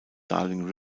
darling